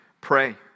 Pray